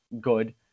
good